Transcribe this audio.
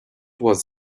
was